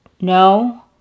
no